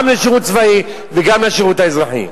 גם לשירות הצבאי וגם לשירות האזרחי.